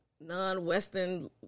non-Western